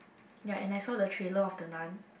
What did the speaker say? ya and I saw the trailer of the Nun